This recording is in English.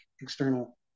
external